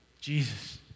Jesus